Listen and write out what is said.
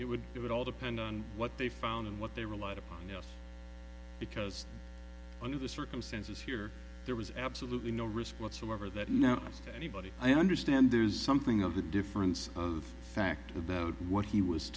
it would it would all depend on what they found and what they relied upon you know because under the circumstances here there was absolutely no risk whatsoever that now anybody i understand there's something of a difference of fact about what he was